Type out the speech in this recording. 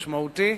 משמעותי.